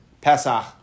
Pesach